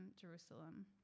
Jerusalem